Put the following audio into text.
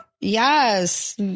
Yes